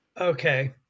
Okay